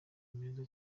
meza